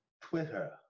Twitter